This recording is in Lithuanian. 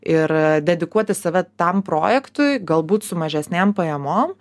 ir dedikuoti save tam projektui galbūt su mažesnėm pajamom